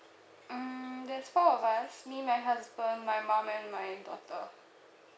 mm there's four of us me my husband my mum and my daughter